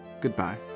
goodbye